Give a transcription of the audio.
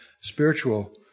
spiritual